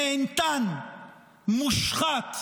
נהנתן, מושחת,